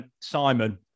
Simon